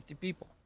people